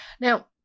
Now